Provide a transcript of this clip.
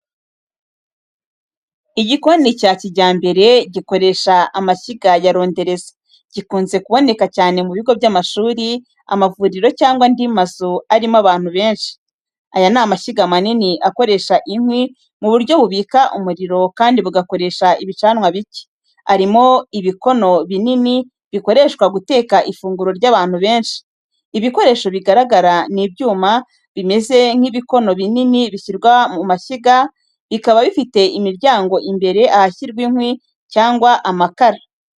Igikoni cya kijyambere gikoresha amashyiga ya rondereza, gikunze kuboneka cyane mu bigo by’amashuri, amavuriro cyangwa andi mazu arimo abantu benshi. Aya ni amashyiga manini akoresha inkwi mu buryo bubika umuriro kandi bugakoresha ibicanwa bike, arimo ibikono binini bikoreshwa guteka ifunguro ry’abantu benshi. Ibikoresho bigaragara ni ibyuma bimeze nk’ibikono binini bishyirwa ku mashyiga, bikaba bifite imiryango imbere ahashyirwa inkwi cyangwa amakara.